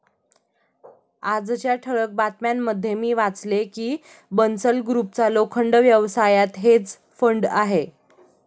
आजच्या ठळक बातम्यांमध्ये मी वाचले की बन्सल ग्रुपचा लोखंड व्यवसायात हेज फंड आहे